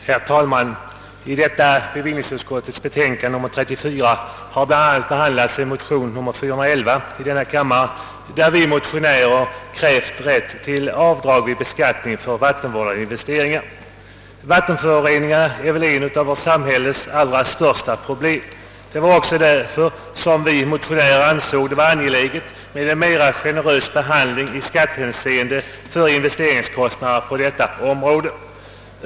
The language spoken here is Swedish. Herr talman! I bevillningsutskottets betänkande nr 34 har bl.a. behandlats en motion nr 411 i denna kammare, i vilken vi krävt rätt till avdrag vid beskattningen för vattenvårdande investeringar. Vattenföroreningarna är väl ett av vårt samhälles allra största problem. Det var också därför vi motionärer an såg det angeläget med en mera generös behandling i skattehänseende av investeringskostnader på detta område.